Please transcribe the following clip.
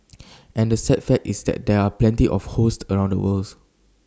and the sad fact is that there are plenty of hosts around the worlds